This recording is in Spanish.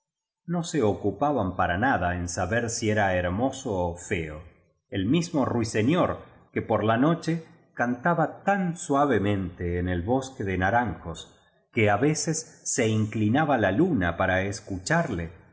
no se ocupaban para nada en saber si era hermoso ó feo el mismo ruiseñor que por la noche can taba tan suavemente en el bosque de naranjos que veces se biblioteca nacional de españa la españa moderna inclinaba la luna para escucharle